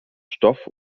stoff